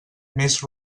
més